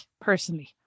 personally